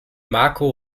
marco